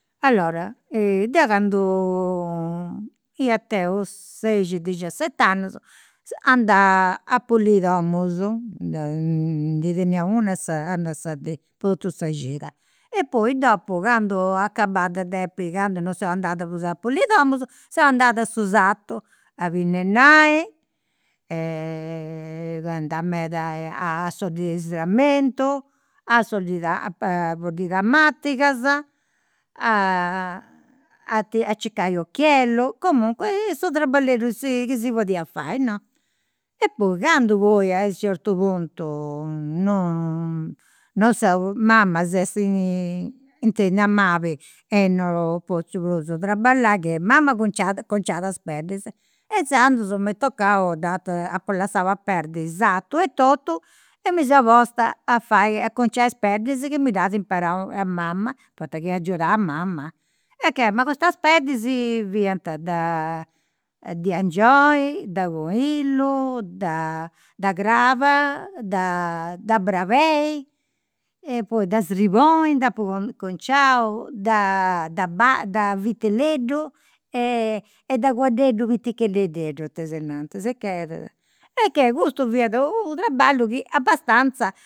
Allora, deu candu ia tenni u' seixi dexiaset'annus, andà a puliri is domus, ndi teniat una a sa dì, po totu sa cida, e poi dopu candu acabà de depi, candu non seu andada prus a puliri is domus, seu andada a su sartu, a binnennai, andà meda a asodiri sramentu, a asodiri a a bodiri tamatigas, a tirai a circai ochiellu. Comunque su traballedu chi si chi si podia fai, no. E poi candu a u' certu puntu non non seu, mama s'est intendia mali e non at potziu prus traballai, che mama conciat conciat is peddis. E inzandus m'est tocau, datu apu lassau a perdi sartu e totu, e mi seu posta a fai, a conciai is peddis, chi mi dd'at imparau mama, poita ca agiudà a mama, e che ma custas fiant de de angioni, de conillu, de craba, de de brabei e poi de sirboni nd'apu conciau, de de vitelleddu e de cuadeddu piticheddededdu, tesinanta. Sicchè, e che custu u' traballu chi abastanza